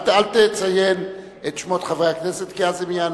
אל תציין את שמות חברי הכנסת, כי אז הם יענו.